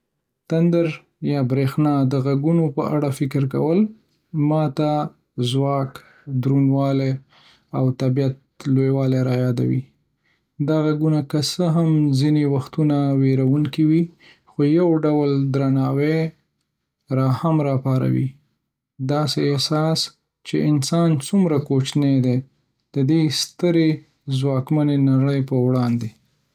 د تندر یا بریښنا د غږونو په اړه فکر کول ما ته ځواک، دروندوالی، او طبیعت لویوالی رايادوي. دا غږونه، که څه هم ځینې وختونه ویرونکي وي، خو یو ډول درناوی را - هم راپاروي، داسې احساس چې انسان څومره کوچنی دی د دې سترې، ځواکمنې نړۍ په وړاندې.